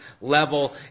level